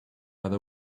other